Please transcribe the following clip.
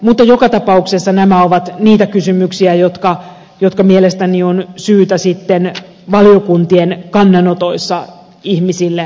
mutta joka tapauksessa nämä ovat niitä kysymyksiä jotka mielestäni on syytä sitten valiokuntien kannanotoissa ihmisille avata